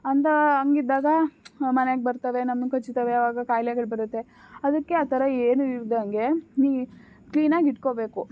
ಅಂತ ಹಂಗಿದ್ದಾಗ ಮನೆಗೆ ಬರ್ತವೆ ನಮ್ಗೆ ಕಚ್ತವೆ ಆವಾಗ ಕಾಯಿಲೆಗಳು ಬರುತ್ತೆ ಅದಕ್ಕೆ ಆ ಥರ ಏನು ಇಲ್ದಾಗೆ ಕ್ಲೀನಾಗಿ ಇಟ್ಕೋಬೇಕು